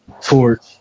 Torch